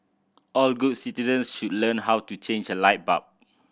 all good citizens should learn how to change a light bulb